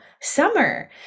summer